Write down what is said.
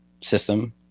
system